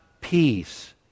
peace